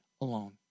alone